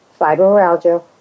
fibromyalgia